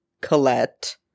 Colette